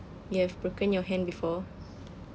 you have broken your hand before